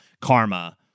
Karma